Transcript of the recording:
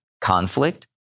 conflict